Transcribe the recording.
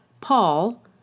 Paul